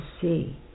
see